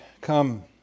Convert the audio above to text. come